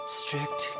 strict